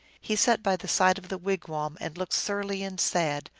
he sat by the side of the wigwam, and looked surly and sad,